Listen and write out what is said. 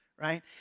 right